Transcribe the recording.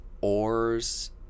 oars